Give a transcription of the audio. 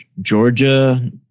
Georgia